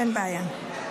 אין בעיה.